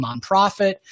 nonprofit